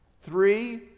three